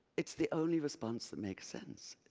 it's the only response that makes sense,